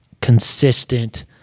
consistent